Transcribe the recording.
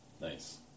Nice